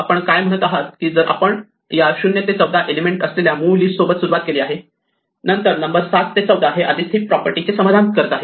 आपण काय म्हणत आहोत की जर आपण या 0 ते 14 एलिमेंट असलेल्या मूळ लिस्ट सोबत सुरुवात केली आहे नंतर नंबर 7 ते 14 हे आधीच हिप प्रॉपर्टी चे समाधान करत आहे